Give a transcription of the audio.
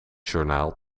journaal